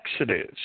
Exodus